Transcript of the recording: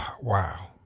Wow